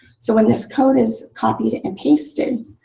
so when this code is copied and pasted,